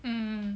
mm